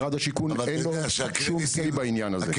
למשרד השיכון אין שום say בעניין הזה.